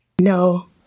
No